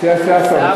שתי הצעות.